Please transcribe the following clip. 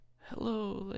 hello